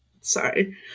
sorry